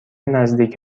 نزدیک